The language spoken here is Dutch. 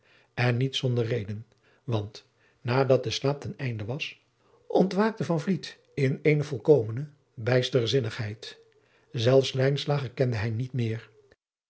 en niet zonder reden want nadat de slaap ten einde was ontwaakte van vliet in eene volkomene bijsterzinnigheid zelfs lijnslager kende hij niet meer